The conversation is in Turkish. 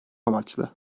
amaçlı